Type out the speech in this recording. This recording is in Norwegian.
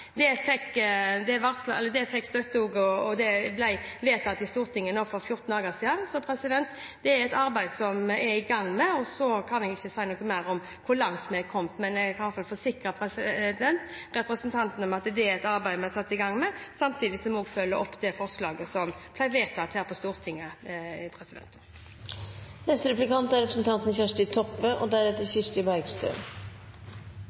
Dette fikk støtte og ble vedtatt i Stortinget for 14 dager siden. Det er et arbeid vi er i gang med, og så kan jeg ikke si noe mer om hvor langt vi er kommet. Men jeg kan forsikre representanten om at det er et arbeid vi har satt i gang, samtidig som vi også følger opp det forslaget som ble vedtatt her på Stortinget. Statsråden skriv i brev til komiteen at «Regjeringen mener at det i utgangspunktet ikke er grunn til å skille velferdstjenester fra andre typer tjenester. Innrettingen av markedene for ulike tiltak og